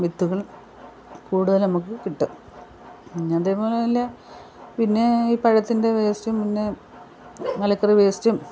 വിത്തുകൾ കൂടുതൽ നമക്ക് കിട്ടും പിന്നതേ പോലെ നല്ല പിന്നെ ഈ പഴത്തിൻ്റെ വേസ്റ്റും പിന്നെ മലക്കറി വേസ്റ്റും